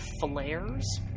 flares